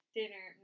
dinner